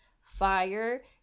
fire